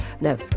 No